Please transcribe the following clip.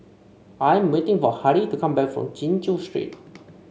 I am waiting for Harrie to come back from Chin Chew Street